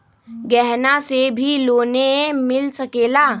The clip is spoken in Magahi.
गहना से भी लोने मिल सकेला?